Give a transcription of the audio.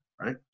right